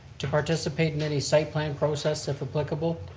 to participate in any site plan process if applicable,